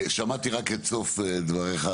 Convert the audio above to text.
שמעתי רק את סוף דבריך.